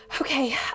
okay